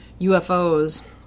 UFOs